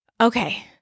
Okay